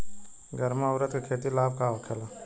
गर्मा उरद के खेती से लाभ होखे ला?